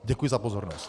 Děkuji za pozornost.